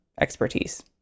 expertise